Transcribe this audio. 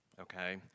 Okay